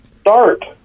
start